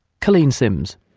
colleen sims.